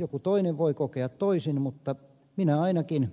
joku toinen voi kokea toisin mutta minä ainakin